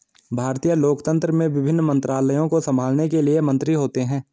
भारतीय लोकतंत्र में विभिन्न मंत्रालयों को संभालने के लिए मंत्री होते हैं